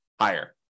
higher